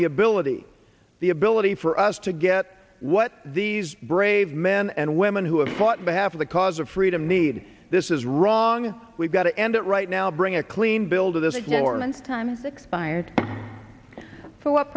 the ability the ability for us to get what these brave men and women who have fought behalf of the cause of freedom need this is wrong we've got to end it right now bring a clean bill to this morning on expired for what